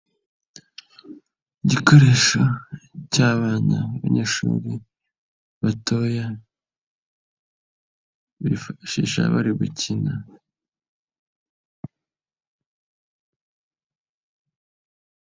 Igikoresho cy'abana abanyeshuri batoya, bifashisha bari gukina.